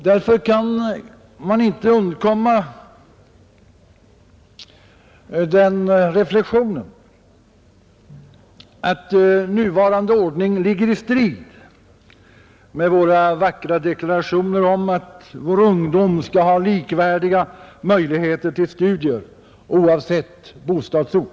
Därför kan man inte undgå reflexionen, att den nuvarande ordningen står i strid med våra vackra deklarationer om att vår ungdom skall ha likvärdiga möjligheter till studier oavsett bostadsort.